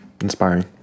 inspiring